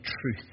truth